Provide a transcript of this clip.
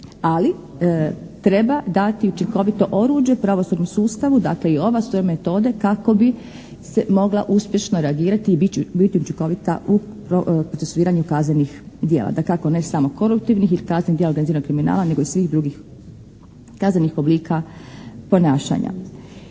Ali treba dati učinkovito oruđe pravosudnom sustavu, dakle i ove su metode, kako bi moglo uspješna reagirati i biti učinkovita u procesuiranju kaznenih djela, dakako ne samo koruptivnih ili kaznenih djela organiziranog kriminala nego i svih drugih kaznenih oblika ponašanja.